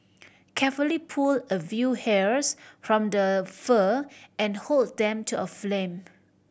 carefully pull a view hairs from the fur and hold them to a flame